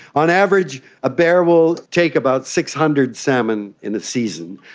on average, a bear will take about six hundred salmon in a season.